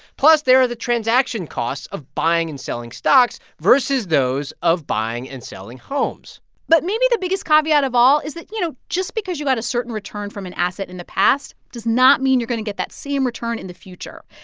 plus, there are the transaction costs of buying and selling stocks versus those of buying and selling homes but maybe the biggest caveat of all is that, you know, just because you get a certain return from an asset in the past does not mean you're going to get that same return in the future.